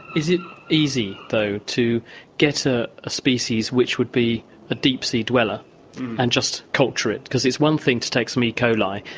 is it easy, though, to get a species which would be a deep sea dweller and just culture it? because it's one thing to take some e coli,